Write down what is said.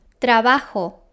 Trabajo